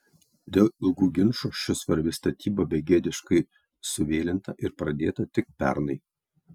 dėl ilgų ginčų ši svarbi statyba begėdiškai suvėlinta ir pradėta tik pernai